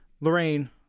Lorraine